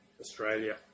Australia